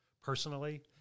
personally